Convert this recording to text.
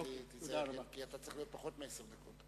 אז צר לי, כי זה צריך להיות פחות מעשר דקות.